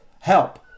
help